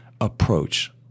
approach